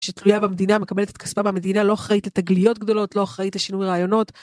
שתלויה במדינה מקבלת את כספה במדינה לא אחראית לתגליות גדולות לא אחראית לשינוי רעיונות.